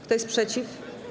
Kto jest przeciw?